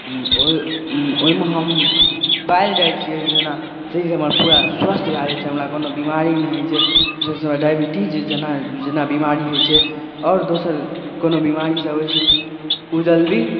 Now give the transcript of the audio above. ओहिमे हम पायल जाइ छियै जेना शरीर हमर पूरा स्वस्थ भऽ जाइ छै हमरा कोनो बीमारी नहि होइ छै जाहिसऽ डायबटीज जेना बीमारी होइ छै आओर दोसर कोनो बीमारी सब होइ छै ओ जल्दी